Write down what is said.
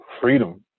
freedom